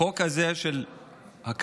החוק הזה של הקבלה